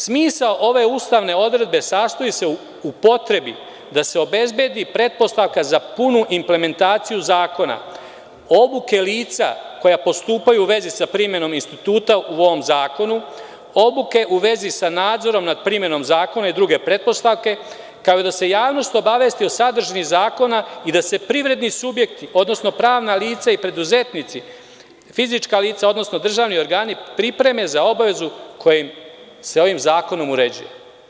Smisao ove ustavne odredbe sastoji se u potrebi da se obezbedi pretpostavka za punu implementaciju zakona, obuke lica koja postupaju u vezi sa primenom instituta u ovom zakonu, obuke u vezi sa nadzorom nad primenom zakona i druge pretpostavke, kao i da se javnost obavesti o sadržini zakona i da se privredni subjekti, odnosno pravna lica i preduzetnici, fizička lica, odnosno državni organi, pripreme za obavezu koja se ovim zakonom uređuje.